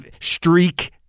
streak